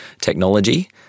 technology